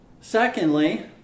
Secondly